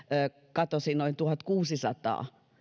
katosi noin tuhatkuusisataa